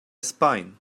spine